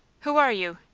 who are you?